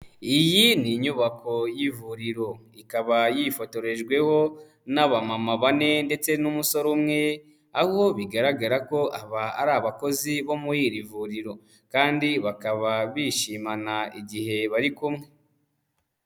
Iyi ni inyubako y'ivuriro, ikaba yifotorejweho n'abamama bane ndetse n'umusore umwe, aho bigaragara ko aba ari abakozi bo muri iri vuriro, kandi bakaba bishimana igihe bari kumwe.